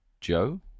Joe